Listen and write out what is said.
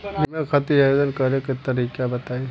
बीमा खातिर आवेदन करे के तरीका बताई?